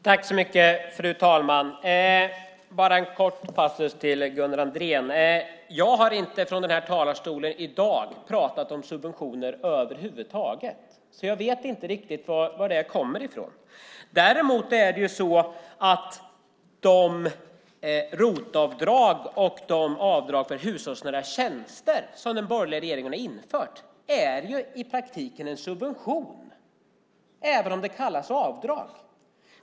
Fru talman! Jag ska göra en kort kommentar till Gunnar Andrén. Jag har inte från denna talarstol i dag talat om subventioner över huvud taget. Jag vet därför inte vad det kommer ifrån. Däremot är de ROT-avdrag och de avdrag för hushållsnära tjänster som den borgerliga regeringen har infört i praktiken subventioner även om de kallas avdrag.